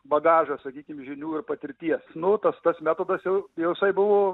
bagažo sakykim žinių ir patirties naudos tas metodas jau jisai buvo